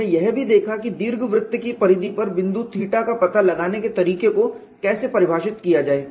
हमने यह भी देखा कि दीर्घवृत्त की परिधि पर बिंदु थीटा का पता लगाने के तरीके को कैसे परिभाषित किया जाए